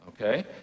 okay